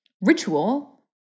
Ritual